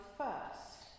first